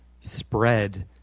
spread